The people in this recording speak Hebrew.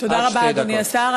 תודה רבה, אדוני השר.